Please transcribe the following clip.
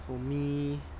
for me